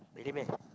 really meh